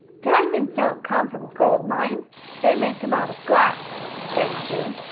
diamonds don't come from gold mines they make em out of glass! said sue.